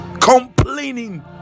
complaining